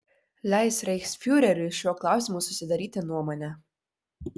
leis reichsfiureriui šiuo klausimu susidaryti nuomonę